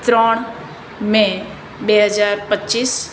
ત્રણ મે બે હજાર પચીસ